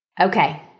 Okay